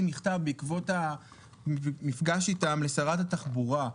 ובעקבות המפגש איתם שלחתי מכתב לשרת התחבורה,